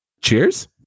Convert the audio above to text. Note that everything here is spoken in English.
Cheers